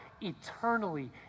eternally